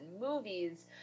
movies